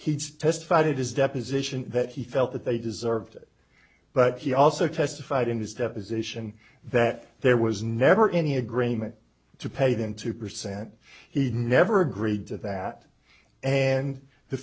he's testified it is deposition that he felt that they deserved it but he also testified in his deposition that there was never any agreement to pay them two percent he never agreed to that and the